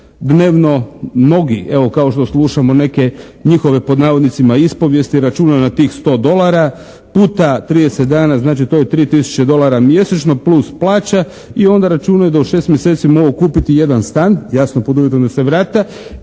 Dnevno mnogi, evo kao što slušamo neke njihove pod navodnicima ispovijesti, računa na tih 100 dolara puta 30 dana znači to je 3 tisuće dolara mjesečno plus plaća i onda računaj da u šest mjeseci mogu kupiti jedan stan jasno pod uvjetom da se vrate